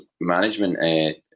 management